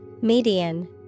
Median